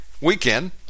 weekend